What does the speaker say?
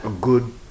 good